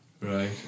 Right